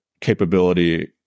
capability